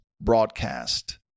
broadcast